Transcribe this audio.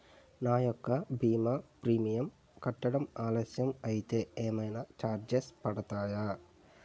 నా యెక్క భీమా ప్రీమియం కట్టడం ఆలస్యం అయితే ఏమైనా చార్జెస్ పడతాయా?